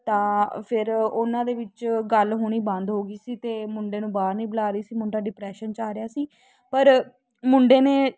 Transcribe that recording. ਤਾਂ ਫਿਰ ਉਹਨਾਂ ਦੇ ਵਿੱਚ ਗੱਲ ਹੋਣੀ ਬੰਦ ਹੋ ਗਈ ਸੀ ਅਤੇ ਮੁੰਡੇ ਨੂੰ ਬਾਹਰ ਨਹੀਂ ਬੁਲਾ ਰਹੀ ਸੀ ਮੁੰਡਾ ਡਿਪਰੈਸ਼ਨ 'ਚ ਆ ਰਿਹਾ ਸੀ ਪਰ ਮੁੰਡੇ ਨੇ